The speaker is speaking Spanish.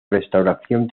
restauración